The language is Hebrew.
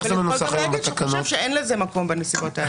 אבל הוא יכול גם להגיד שאין לזה מקום בנסיבות האלה.